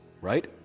right